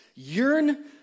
Yearn